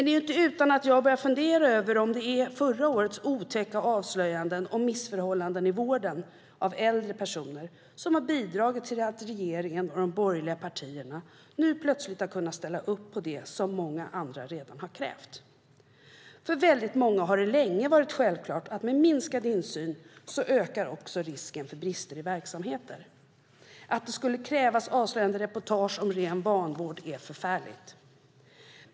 Det är inte utan att jag börjar fundera över om det är förra årets otäcka avslöjanden om missförhållanden i vården av äldre personer som har bidragit till att regeringen och de borgerliga partierna plötsligt har kunnat ställa upp på det som många andra redan har krävt. För väldigt många har det länge varit självklart att med minskad insyn ökar också risken för brister i verksamheter. Att det skulle krävas avslöjande reportage om ren vanvård är förfärligt.